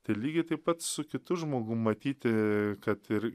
tai lygiai taip pat su kitu žmogum matyti kad ir